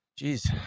Jeez